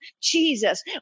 Jesus